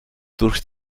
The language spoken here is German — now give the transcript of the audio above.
durch